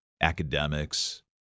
academics